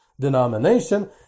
denomination